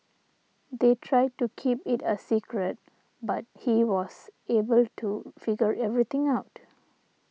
they tried to keep it a secret but he was able to figure everything out